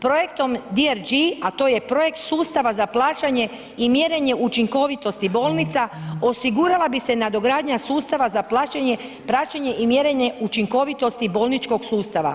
Projektom DRG a to je projekt sustava za plaćanje i mjerenje učinkovitosti bolnica, osigurala bi se nadogradnja sustava za plaćanje, praćenje i mjerenje učinkovitosti bolničkog sustava.